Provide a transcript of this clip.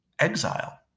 exile